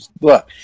look